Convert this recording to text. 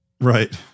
Right